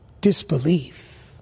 disbelief